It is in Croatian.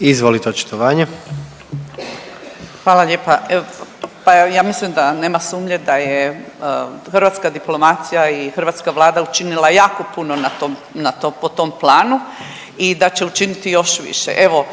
Zdravka (HDZ)** Hvala lijepa. Pa ja mislim da nema sumnje da je hrvatska diplomacija i hrvatska Vlada učinila jako puno na tom, po tom planu i da će učiniti još više. Evo,